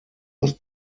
aus